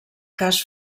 cas